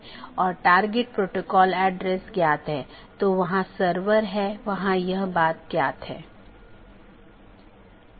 सत्र का उपयोग राउटिंग सूचनाओं के आदान प्रदान के लिए किया जाता है और पड़ोसी जीवित संदेश भेजकर सत्र की स्थिति की निगरानी करते हैं